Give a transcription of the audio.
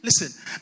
Listen